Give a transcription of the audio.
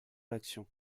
l’action